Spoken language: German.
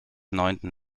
neunten